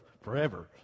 forever